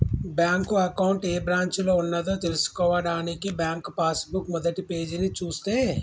bank account ఏ బ్రాంచిలో ఉన్నదో తెల్సుకోవడానికి బ్యాంకు పాస్ బుక్ మొదటిపేజీని చూస్తే